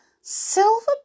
Silver